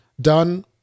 done